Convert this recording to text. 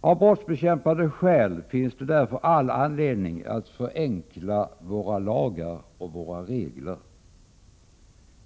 Av brottsbekämpande skäl finns det därför all anledning att förenkla våra lagar och regler.